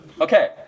Okay